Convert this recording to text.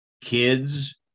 kids